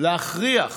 להכריח